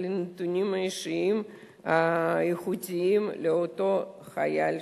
על הנתונים האישיים האיכותיים של אותו חייל.